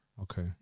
Okay